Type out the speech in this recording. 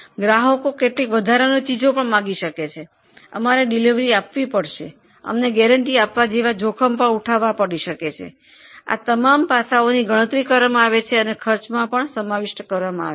ગ્રાહકો વધારાની ચીજો માગી શકે છે અમારે ડિલિવરી આપવી પડશે અમને ગેરેંટી આપવા જેવા જોખમ ઉઠાવવું પડી શકે છે આ બધાની ગણતરી કરવામાં આવે છે અને ખર્ચમાં સમાવેશ કરવામાં આવે છે